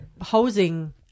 housing